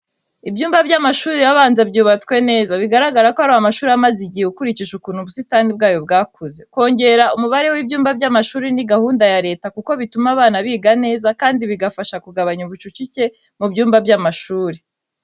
Ibyumba by'amashuri abanza byubatswe neza, bigaragara ko ari amashuri amaze igihe ukurikije ukuntu ubusitani bwayo bwakuze. Kongera umubare w'ibyumba by'amashuri ni gahunda ya Leta kuko bituma abana biga neza kandi bigafasha kugabanya ubucucike mu byumba by’amashuri.